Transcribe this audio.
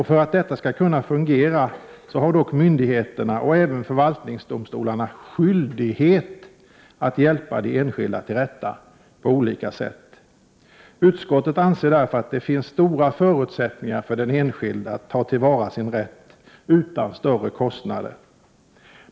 För att detta skall kunna fungera har dock myndigheterna och även förvaltningsdomstolarna skyldighet att hjälpa de enskilda till rätta på olika sätt. Utskottet anser därför att det finns stora förutsättningar för att den enskilde skall kunna ta till vara sin rätt utan stora kostnader.